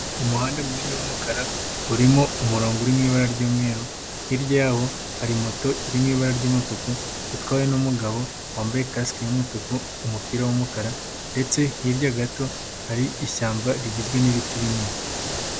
Umuhanda munini w'umukara urimo umurongo uri mu ibara ry'umweru hirya yawo hari moto iri mu ibara ry'umutuku itwawe n'umugabo wambaye kasike y'umutuku, umupira w'umukara ndetse hirya gato hari ishyamba rigizwe n'ibiti binini.